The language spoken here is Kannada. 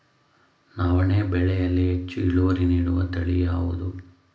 ನವಣೆ ಬೆಳೆಯಲ್ಲಿ ಹೆಚ್ಚಿನ ಇಳುವರಿ ನೀಡುವ ತಳಿ ಯಾವುದು?